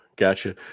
Gotcha